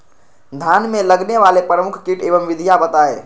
धान में लगने वाले प्रमुख कीट एवं विधियां बताएं?